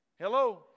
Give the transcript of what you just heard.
Hello